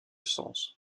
sens